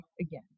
again